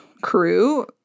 crew –